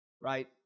right